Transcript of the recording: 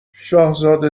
شاهزاده